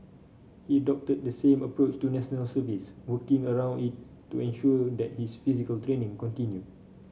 he adopted the same approach to National Service working around it to ensure that his physical training continued